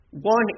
One